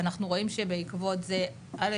ואנחנו רואים שבעקבות זה א',